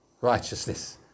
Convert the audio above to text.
righteousness